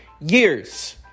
years